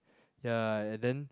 ya and then